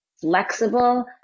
flexible